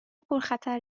پرخطر